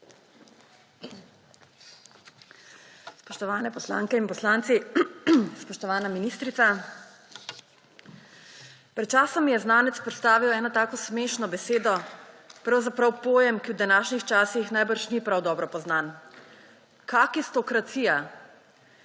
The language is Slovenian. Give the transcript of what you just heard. Spoštovane poslanke in poslanci, spoštovana ministrica! Pred časom mi je znanec predstavil eno tako smešno besedo, pravzaprav pojem, ki v današnjih časih najbrž ni prav dobro poznan: kakistokracija.